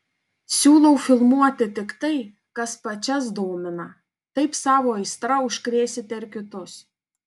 siūlau filmuoti tik tai kas pačias domina taip savo aistra užkrėsite ir kitus